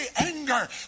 anger